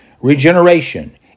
Regeneration